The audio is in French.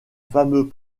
fameux